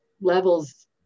levels